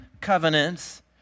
covenants